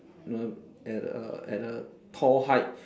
you know at a at a tall height